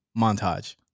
montage